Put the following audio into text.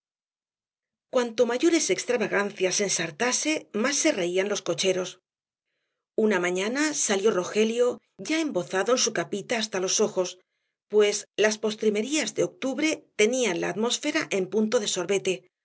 cuanto mayores extravagancias ensartase más se reían los cocheros una mañana salió rogelio ya embozado en su capita hasta los ojos pues las postrimerías de octubre tenían la atmósfera en punto de sorbete aunque